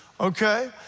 okay